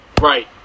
Right